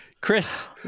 Chris